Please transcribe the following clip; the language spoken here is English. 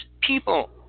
people